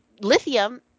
lithium